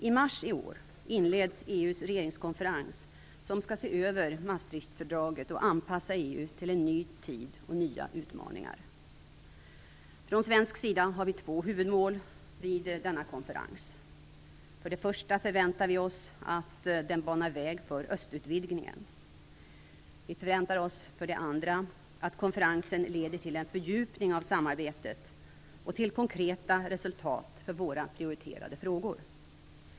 I mars i år inleds EU:s regeringskonferens som skall se över Maastricht-fördaget och anpassa EU till en ny tid och nya utmaningar. Från svensk sida har vi två huvudmål vid denna konferens. För det första förväntar vi oss att den banar väg för östutvidgningen. Vi förväntar oss för det andra att konferensen leder till en fördjupning av samarbetet och till konkreta resultat för våra prioriterade frågor.